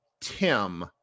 Tim